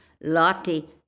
Lottie